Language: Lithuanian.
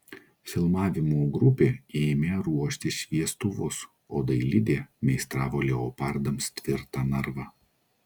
filmavimo grupė ėmė ruošti šviestuvus o dailidė meistravo leopardams tvirtą narvą